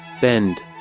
Bend